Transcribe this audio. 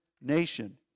nation